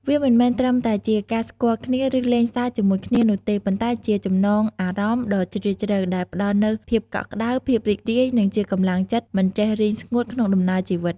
វាមិនមែនត្រឹមតែជាការស្គាល់គ្នា ឬលេងសើចជាមួយគ្នានោះទេ ប៉ុន្តែជា ចំណងអារម្មណ៍ដ៏ជ្រាលជ្រៅ ដែលផ្តល់នូវភាពកក់ក្តៅ ភាពរីករាយ និងជាកម្លាំងចិត្តមិនចេះរីងស្ងួតក្នុងដំណើរជីវិត។